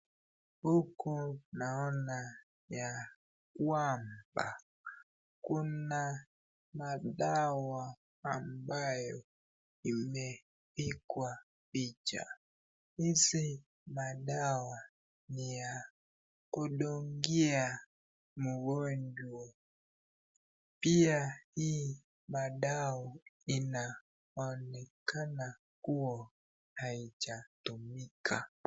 Huku naona ya kwamba kuna madawa ambayo imepigwa picha. Hizi madawa ni ya kudungia mgonjwa. Pia hii madawa inaonekana kua haijatumika.